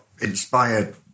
inspired